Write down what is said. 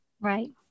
right